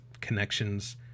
connections